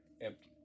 empty